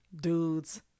dudes